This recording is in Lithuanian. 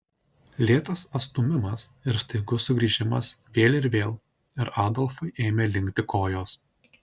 lėtas atstūmimas ir staigus sugrįžimas vėl ir vėl ir adolfui ėmė linkti kojos